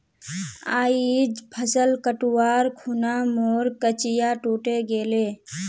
आइज फसल कटवार खूना मोर कचिया टूटे गेले